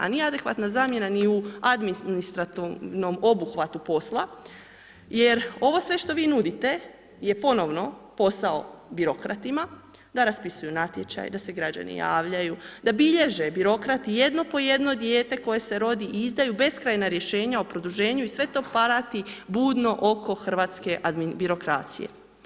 A nije adekvatna zamjena ni u administrativnom obuhvatu posla jer ovo sve što vi nudite je ponovno posao birokratima da raspisuju natječaj, da se građani javljaju, da bilježe birokrati jedno po jedno dijete koje se rodi i izdaju beskrajna rješenja o produženju i sve to prati budno oko hrvatske birokracije.